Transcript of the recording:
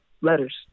letters